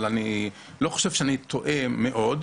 אבל אני לא חושב שאני טועה מאוד,